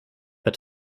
het